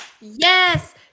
Yes